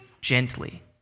gently